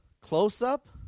close-up